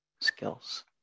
skills